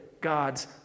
God's